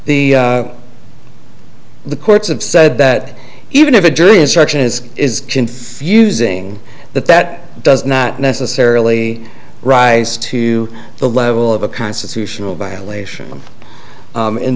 the the courts have said that even if a jury instruction is is confusing that that does not necessarily rise to the level of a constitutional violation